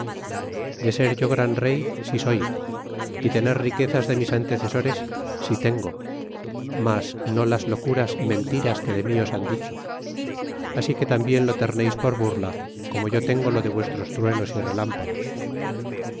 de ser yo gran rey sí soy y tener riquezas de mis antecesores sí tengo mas no las locuras y mentiras que de mí os han dicho así que tambien lo terneis por burla como yo tengo lo de vuestros truenos y relámpagos